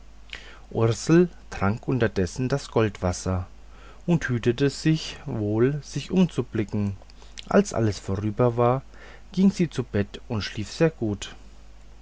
ursel trank unterdessen das goldwasser und hütete sich wohl sich umzublicken als alles vorüber war ging sie zu bette und schlief sehr gut